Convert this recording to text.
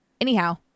anyhow